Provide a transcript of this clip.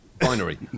Binary